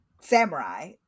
samurai